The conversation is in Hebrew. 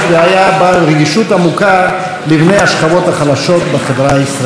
בעל רגישות עמוקה לבני השכבות החלשות בחברה הישראלית.